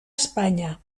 espanya